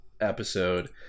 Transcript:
episode